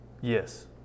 Yes